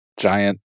giant